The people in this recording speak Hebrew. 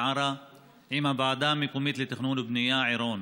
עארה עם הוועדה המקומית לתכנון ובנייה עירון,